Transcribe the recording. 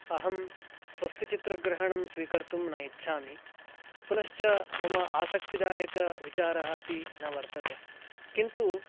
अहं स्वस्य चित्रग्रहणं स्वीकर्तुं न इच्छामि पुनश्च मम आसक्तिदायकविचारः अपि न वर्तते किन्तु